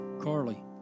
Carly